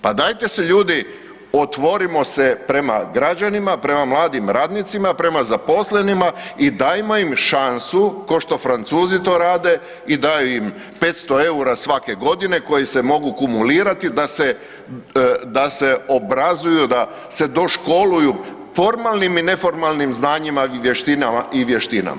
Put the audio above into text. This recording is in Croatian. Pa dajte se ljudi otvorimo se prema građanima, prema mladim radnicima, prema zaposlenima i dajmo im šansu kao što Francuzi to rade i daju im 500 EUR-a svake godine koji se mogu kumulirati da se, da se obrazuju da se doškoluju formalnim i neformalnim znanjima i vještinama.